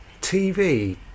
TV